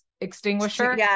extinguisher